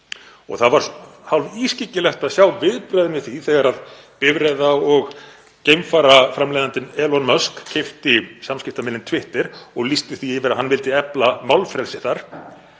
Það var hálfískyggilegt að sjá viðbrögðin við því þegar bifreiða- og geimfaraframleiðandinn Elon Musk keypti samskiptamiðilinn Twitter og lýsti því yfir að hann vildi efla málfrelsi þar,